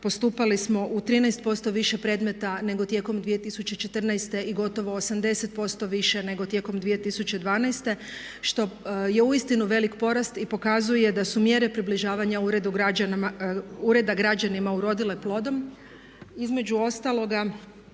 postupali smo u 13% više predmeta nego tijekom 2014. i gotovo 80% više nego tijekom 2012. što je uistinu velik porast i pokazuje da su mjere približavanja ureda građanima urodile plodom. Između ostalog